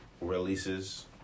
releases